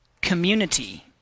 community